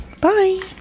Bye